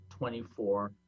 24